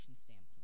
standpoint